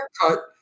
haircut